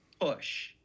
push